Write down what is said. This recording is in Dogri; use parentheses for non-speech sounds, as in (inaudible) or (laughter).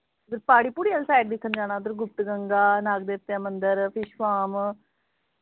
इद्धर प्हाड़ी प्हूड़ी आह्ली साइड दिक्खन जाना इद्धर गुप्त गंगा नागदेवतें दा मंदर (unintelligible)